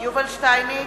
יובל שטייניץ,